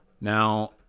Now